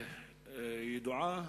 ידועה